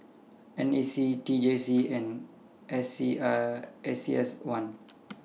N A C T J C and S C S C S one